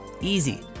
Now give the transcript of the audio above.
Easy